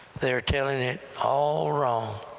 they're telling it all wrong.